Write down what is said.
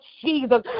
Jesus